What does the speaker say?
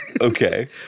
Okay